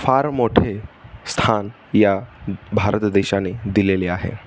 फार मोठे स्थान या भारत देशाने दिलेले आहे